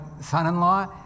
son-in-law